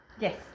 yes